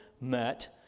met